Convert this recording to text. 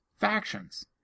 factions